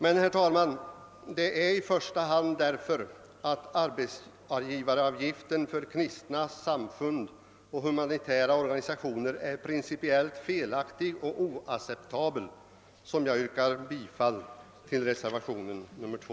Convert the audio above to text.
Men, herr talman, det är i första hand därför att arbetsgivaravgiften för kristna samfund och humanitära organisationer är principiellt felaktig och oacceptabel som jag yrkar bifall till reservation nr 2.